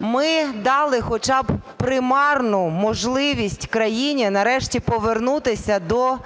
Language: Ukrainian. ми дали хоча б примарну можливість країні нарешті повернутися до